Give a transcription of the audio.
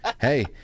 hey